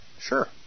Sure